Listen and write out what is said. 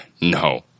No